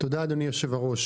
תודה, אדוני היושב-ראש.